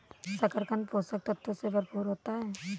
शकरकन्द पोषक तत्वों से भरपूर होता है